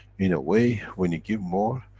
in a way when you give more,